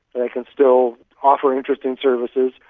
they can still offer interesting services,